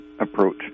approach